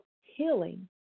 healing